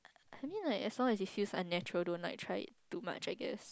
I mean like as long as it feels unnatural don't like try it too much I guess